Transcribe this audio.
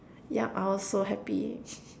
yup I was so happy